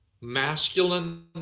masculine